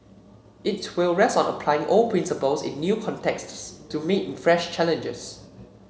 its will rest on applying old principles in new contexts to meet fresh challenges